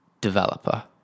developer